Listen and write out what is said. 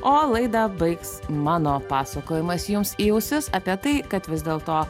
o laidą baigs mano pasakojimas jums į ausis apie tai kad vis dėlto